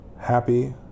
happy